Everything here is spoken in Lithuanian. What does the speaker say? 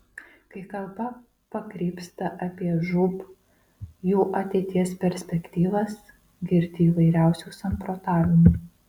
kai kalba pakrypsta apie žūb jų ateities perspektyvas girdi įvairiausių samprotavimų